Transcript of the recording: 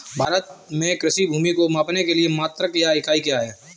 भारत में कृषि भूमि को मापने के लिए मात्रक या इकाई क्या है?